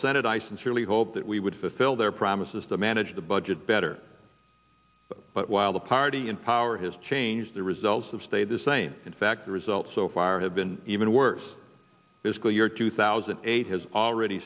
senate i sincerely hope that we would fulfill their promises to manage the budget better but while the party in power has changed the results have stayed the same in fact the results so far have been even worse is the year two thousand and eight has already